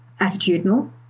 attitudinal